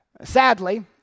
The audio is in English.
Sadly